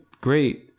great